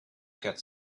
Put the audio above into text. cut